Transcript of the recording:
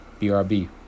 brb